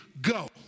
go